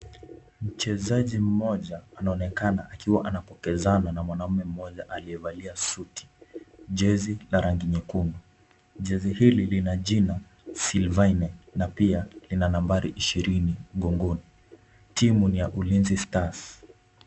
Mchezaji mmoja anaonekana akiwa anapokezana na mwanume mmoja aliyevalia suti, jezi la rangi nyekundu jezi hili lina jina Sylvaine na pia lina nambari mgongoni. Timu ni ya Ulinzi stars.